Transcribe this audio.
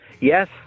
Yes